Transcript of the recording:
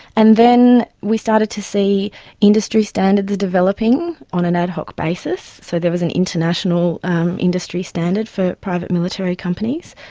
and then we started to see industry standards developing on an ad hoc basis. so there was an international um industry standard for private military companies,